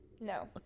No